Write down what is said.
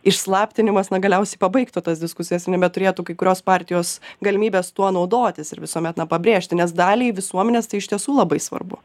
išslaptinimas na galiausiai pabaigtų tas diskusijas ir nebeturėtų kai kurios partijos galimybės tuo naudotis ir visuomet na pabrėžti nes daliai visuomenės tai iš tiesų labai svarbu